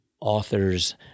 author's